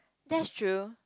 that's true